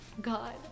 god